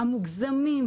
המוגזמים,